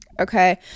okay